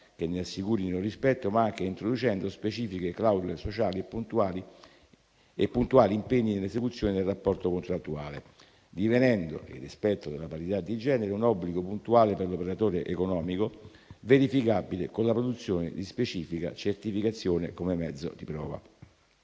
che ne assicurino il rispetto, ma anche introducendo specifiche clausole sociali e puntuali impegni nell'esecuzione del rapporto contrattuale, divenendo il rispetto della parità di genere un obbligo puntuale per l'operatore economico, verificabile con la produzione di specifica certificazione come mezzo di prova.